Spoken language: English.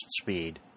speed